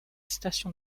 station